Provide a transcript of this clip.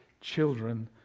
children